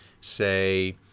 say